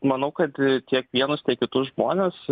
manau kad kiekvienas tiek kitus žmones